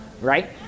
Right